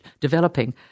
developing